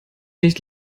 nicht